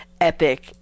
epic